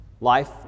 Life